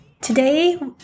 Today